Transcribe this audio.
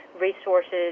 resources